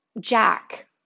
Jack